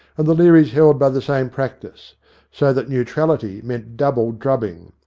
and the learys held by the same practice so that neutrality meant double drubbing.